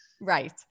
Right